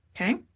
Okay